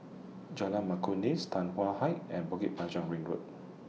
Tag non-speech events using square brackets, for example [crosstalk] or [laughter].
Jalan Ma [unintelligible] Tan Hwan High and Bukit Panjang Ring Road